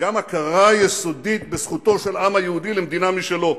וגם הכרה יסודית בזכותו של העם היהודי למדינה משלו.